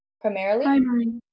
Primarily